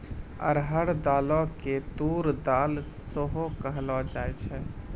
अरहर दालो के तूर दाल सेहो कहलो जाय छै